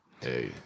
Hey